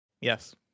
yes